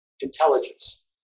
intelligence